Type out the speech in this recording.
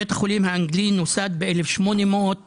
בית החולים האנגלי נוסד ב-1861.